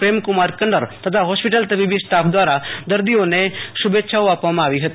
પ્રેમકુમાર કન્નર તથા હોસ્પિટલ તબીબી સ્ટાફ દવારા દર્દીઓને શુભેચ્છાઓ આપવામાં આવી હતી